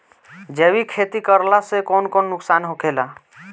जैविक खेती करला से कौन कौन नुकसान होखेला?